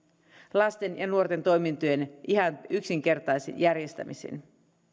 lasten ja nuorten toimintojen ihan yksinkertaiseen järjestämiseen